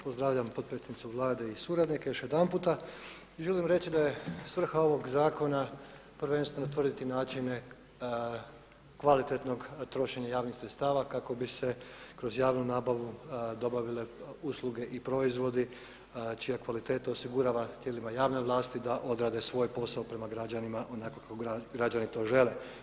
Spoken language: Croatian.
Pozdravljam potpredsjednicu Vlade i suradnike još jedanputa i želim reći da je svrha ovog zakona prvenstveno tvrditi načine kvalitetnog trošenja javnih sredstava kako bi se kroz javnu nabavu dobavile usluge i proizvodi čija kvaliteta osigurava tijelima javne vlasti da odrede svoj posao prema građanima onako kako građani to žele.